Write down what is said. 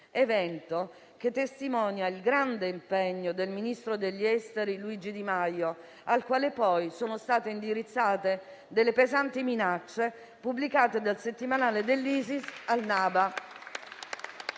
evento che testimonia il grande impegno del ministro degli affari esteri Luigi Di Maio, al quale poi sono state indirizzate delle pesanti minacce pubblicate dal settimanale dell'ISIS «Al-Naba».